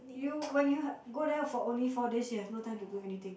you when you have go there for only four days you have no time to do anything